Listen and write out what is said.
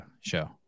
show